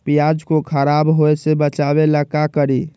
प्याज को खराब होय से बचाव ला का करी?